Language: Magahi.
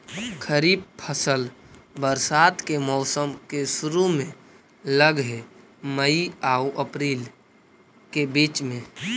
खरीफ फसल बरसात के मौसम के शुरु में लग हे, मई आऊ अपरील के बीच में